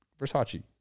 Versace